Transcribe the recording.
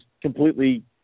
completely